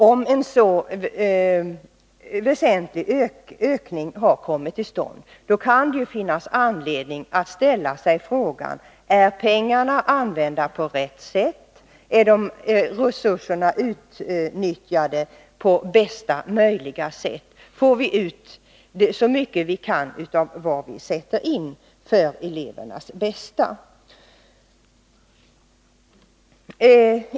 Om en så väsentlig ökning kommit till stånd är det klart att det kan finnas anledning att ställa sig frågan: Är pengarna använda på rätt sätt? Är resurserna utnyttjade på bästa möjliga sätt? Får vi ut så mycket vi kan av vad vi sätter in för elevernas bästa?